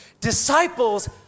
Disciples